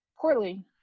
poorly